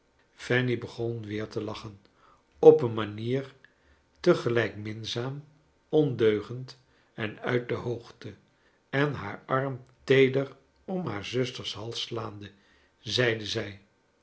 fanny fanny begon weer te lachen op een manier te gelijk minzaam ondeugend en nit de hoogte en haar arm teeder om haar zusters hals slaande zeide zij